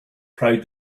proud